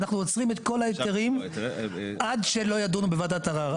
ואנחנו עוצרים את כל ההיתרים עד שלא ידונו בוועדת ערר.